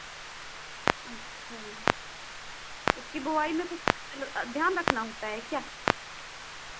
अच्छा उसकी बोआई में कुछ फिर ध्यान रखना होता है क्या